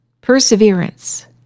perseverance